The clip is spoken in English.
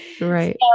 right